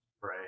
right